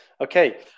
Okay